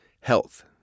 Health